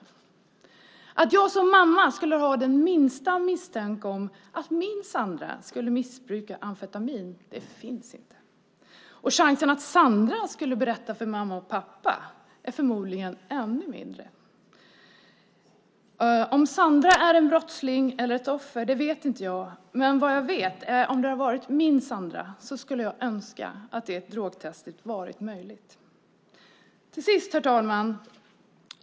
Chansen att jag som mamma skulle ha den minsta misstanke om att min Sandra skulle missbruka amfetamin finns inte. Chansen att Sandra skulle berätta för mamma och pappa är förmodligen ännu mindre. Om Sandra är en brottsling eller ett offer vet inte jag, men vad jag vet är att om det hade varit min Sandra skulle jag ha önskat att det drogtestet hade varit möjligt. Till sist, herr talman!